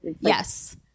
yes